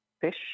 fish